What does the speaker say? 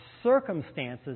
circumstances